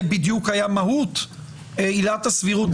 זה בדיוק היה מהות עילת הסבירות.